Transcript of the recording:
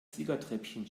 siegertreppchen